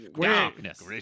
darkness